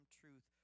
truth